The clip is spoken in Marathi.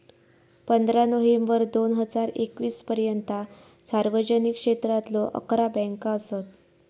पंधरा नोव्हेंबर दोन हजार एकवीस पर्यंता सार्वजनिक क्षेत्रातलो अकरा बँका असत